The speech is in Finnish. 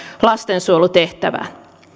lastensuojelutehtävään